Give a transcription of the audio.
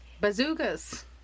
Bazookas